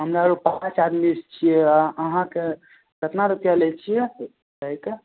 हमरा आरु पाँच आदमी छियै अहाँके कतना रुपैआ लै छियै एहिके